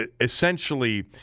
essentially